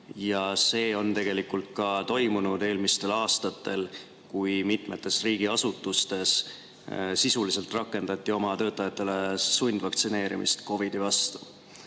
Ja see on tegelikult ka toimunud eelmistel aastatel, kui mitmetes riigiasutustes sisuliselt rakendati oma töötajatele sundvaktsineerimist COVID-i vastu.